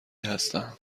هستم